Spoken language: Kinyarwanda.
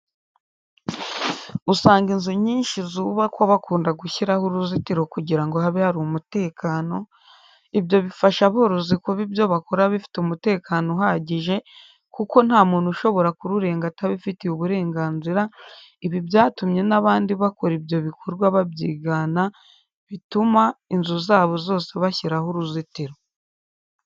Usanga inzu nyinshi zubakwa bakunda gushyiraho uruzitiro kugira ngo habe hari umutekano, ibyo bifasha aborozi kuba ibyo bakora bifite umutekano uhagije kuko ntamuntu ushobora kururenga atabifitiye uburenganzira, ibi byatumye n'abandi bakora ibindi bikorwa babyigana bituma inzu zabo zose bashyiraho uruzitiro.